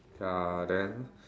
ya then